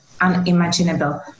unimaginable